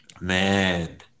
Man